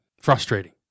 frustrating